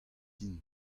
int